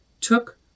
took